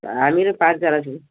हामीहरू पाँचजना छौँ